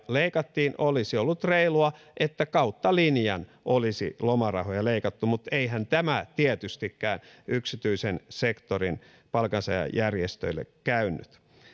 leikattiin olisi ollut reilua että kautta linjan olisi lomarahoja leikattu mutta eihän tämä tietystikään yksityisen sektorin palkansaajajärjestöille käynyt